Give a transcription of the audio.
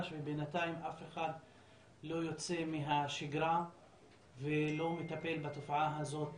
ובינתיים אף אחד לא יוצא מהשגרה ולא מטפל בתופעה הזאת